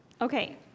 Okay